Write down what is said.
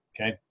okay